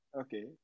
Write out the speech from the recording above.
Okay